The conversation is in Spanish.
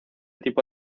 tipo